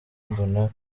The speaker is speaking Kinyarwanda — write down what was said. mbona